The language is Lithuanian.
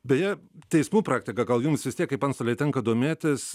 beje teismų praktika gal jums vis tiek kaip antstolei tenka domėtis